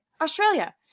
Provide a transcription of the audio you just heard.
australia